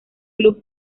club